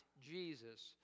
Jesus